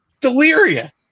delirious